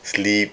sleep